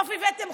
איפה יאיר לפיד?